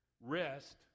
rest